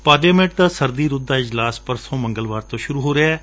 parliament ਦਾ ਸਰਦੀ ਰੁੱਤ ਦਾ ਇਜਲਾਸ ਪਰਸੋਂ ਮੰਗਲਵਾਰ ਤੋਂ ਸੁਰੁ ਹੋ ਰਿਹੈ